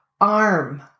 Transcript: arm